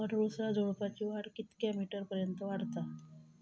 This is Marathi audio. अडुळसा झुडूपाची वाढ कितक्या मीटर पर्यंत वाढता?